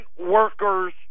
workers